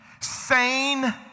sane